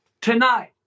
Tonight